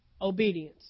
obedience